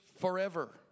forever